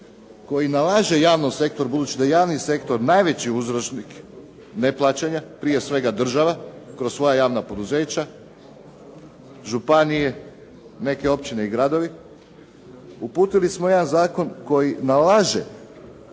koji nalaže javnom sektoru, budući da je javni sektor najveći uzročnik neplaćanja, prije svega država kroz svoja javna poduzeća županije neke općine i gradovi uputili smo jedan zakon koji nalaže